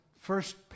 first